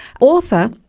author